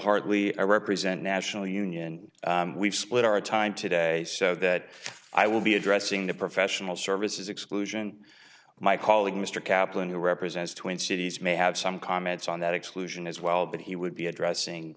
i represent national union we've split our time today so that i will be addressing the professional services exclusion my colleague mr kaplan who represents twin cities may have some comments on that exclusion as well but he would be addressing